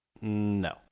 No